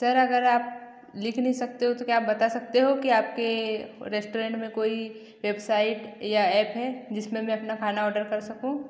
sir अगर आप लिख नहीं सकते हो तो क्या आप बता सकते हो कि आपके रेस्टोरेन्ट में कोई वेबसाइट या एप है जिसमें मैं अपना खाना ऑर्डर कर सकूँ